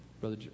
Brother